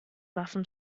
waffen